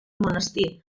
monestir